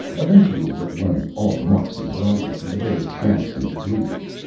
eventually you'll learn all the marks and prerogatives of the various ranks and degrees.